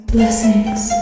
Blessings